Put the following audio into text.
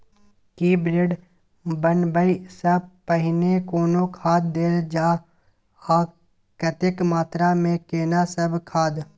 की bed बनबै सॅ पहिने कोनो खाद देल जाय आ कतेक मात्रा मे केना सब खाद?